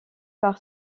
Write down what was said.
par